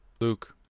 Luke